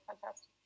fantastic